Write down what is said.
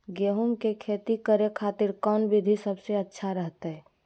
गेहूं के खेती करे खातिर कौन विधि सबसे अच्छा रहतय?